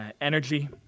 energy